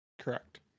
Correct